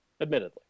Admittedly